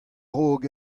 raok